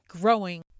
growing